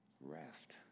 rest